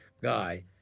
guy